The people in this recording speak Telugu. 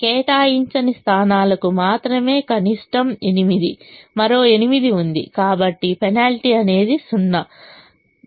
కేటాయించని స్థానాలకు మాత్రమే కనిష్టం 8 మరో 8 ఉంది కాబట్టి పెనాల్టీ అనేది 0